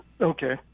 Okay